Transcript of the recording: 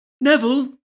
Neville